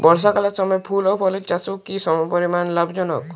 বর্ষাকালের সময় ফুল ও ফলের চাষও কি সমপরিমাণ লাভজনক?